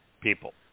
people